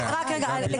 יש הרבה דברים,